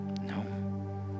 No